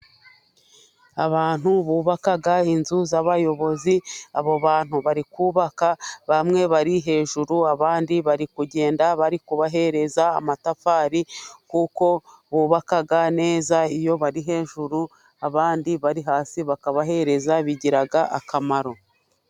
Abantu bubaka inzu z'abayobozi abo bantu bari kubaka bamwe bari hejuru, abandi bari kugenda bari kubahereza amatafari kuko bubaka neza iyo bari hejuru, abandi bari hasi bakabahereza bigira akamaro.